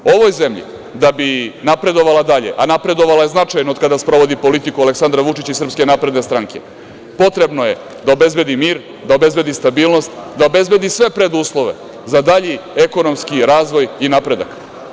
Ovoj zemlji da bi napredovala dalje, a napredovala je značajno od koda sprovodi politiku Aleksandra Vučića i SNS, potrebno je da obezbedi mir, da obezbedi stabilnost, da obezbedi sve preduslove za dalji ekonomski razvoj i napredak.